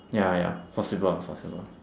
ya ya possible possible